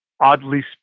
oddly